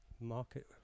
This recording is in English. Market